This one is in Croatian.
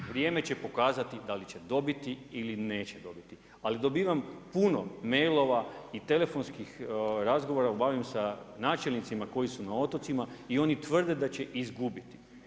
Vrijeme će pokazati da li će dobiti ili neće dobiti, ali dobivam puno mailova i telefonskih razgovora obavljam sa načelnicima koji su na otocima i oni tvrde da će izgubiti.